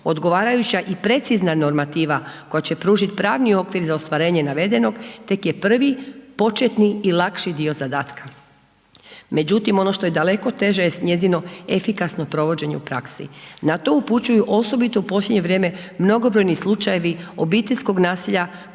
odgovarajuća i precizna normativa koja će pružit pravni okvir za ostvarenje navedenog tek je prvi početni i lakši dio zadatka. Međutim, ono što je daleko teže jest njezino efikasno provođenje u praksi. Na to upućuju osobito u posljednje vrijeme mnogobrojni slučajevi obiteljskog nasilja